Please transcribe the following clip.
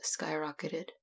skyrocketed